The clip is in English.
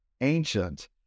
ancient